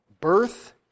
birth